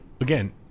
Again